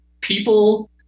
people